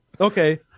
Okay